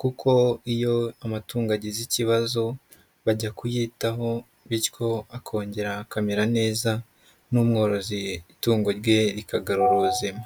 kuko iyo amatungo agize ikibazo, bajya kuyitaho bityo akongera akamera neza n'umworozi itungo rye rikagarura ubuzima.